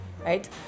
Right